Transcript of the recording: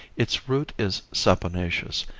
its root is saponaceous,